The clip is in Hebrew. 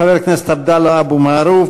חבר הכנסת עבדאללה אבו מערוף,